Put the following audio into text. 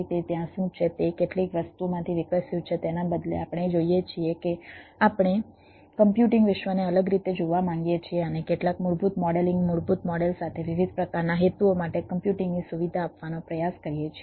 તે ત્યાં શું છે તે કેટલીક વસ્તુઓમાંથી વિકસ્યું છે તેના બદલે આપણે જોઈએ છીએ કે આપણે કમ્પ્યુટિંગ વિશ્વને અલગ રીતે જોવા માંગીએ છીએ અને કેટલાક મૂળભૂત મોડેલિંગ મૂળભૂત મોડેલ સાથે વિવિધ પ્રકારના હેતુઓ માટે કમ્પ્યુટિંગની સુવિધા આપવાનો પ્રયાસ કરીએ છીએ